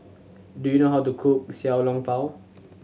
do you know how to cook Xiao Long Bao